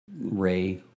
Ray